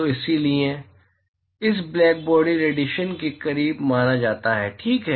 तो इसीलिए इसे ब्लैकबॉडी रेडिएशन के करीब माना जाता है ठीक है